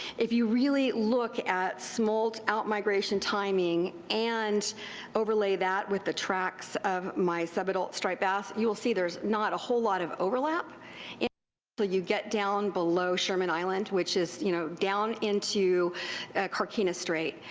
if you really look at smolt outmigration timing and overlay that with the tracks of my sub-adult striped bass, youill see thereis not a whole lot of overlap until yeah but you get down below sherman island, which is you know down into carquinez strait,